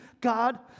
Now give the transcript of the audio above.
God